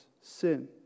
sin